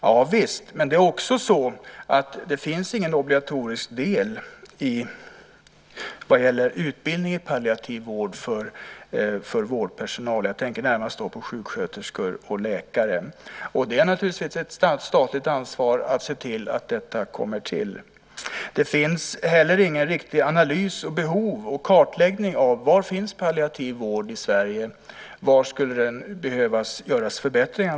Ja visst, men det är också så att det inte finns någon obligatorisk del vad gäller utbildning i palliativ vård för vårdpersonal. Jag tänker närmast på sjuksköterskor och läkare. Det är naturligtvis ett statligt ansvar att se till att detta kommer till. Det finns heller ingen riktig analys av behov och kartläggning av var det finns palliativ vård i Sverige. Var skulle det behöva göras förbättringar?